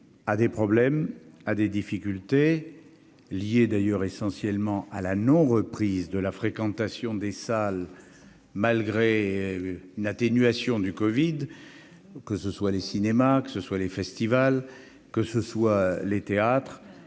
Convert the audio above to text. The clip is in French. a des problèmes à des difficultés liées d'ailleurs essentiellement à la non reprise de la fréquentation des salles malgré une atténuation du Covid que ce soit les cinémas, que ce soit les festivals, que ce soit les théâtres,